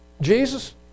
Jesus